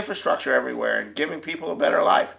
infrastructure everywhere giving people a better life